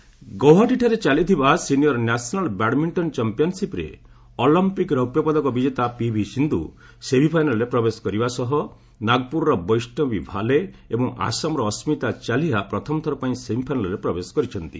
badminton Guwahati ଠାରେ ଚାଲିଥିବା senior national badminton ଚମ୍ପିୟାନ୍ସିପ୍ରେ ଅଲମ୍ପିକ୍ ରୌପ୍ୟ ପଦକ ବିଜେତା ପିଭି ସିନ୍ଧୁ ସେମିଫାଇନାଲ୍ରେ ପ୍ରବେଶ କରିବା ସହ ନାଗରପ୍ରରର ବୈଷ୍ଣବ ଭାଲେ ଏବଂ ଆସାମର ଅସ୍କିତା ଚାଲିହା ପ୍ରଥମ ଥର ପାଇଁ ସେମିଫାଇନାଲ୍ରେ ପ୍ରବେଶ କରିଛନ୍ତି